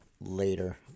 later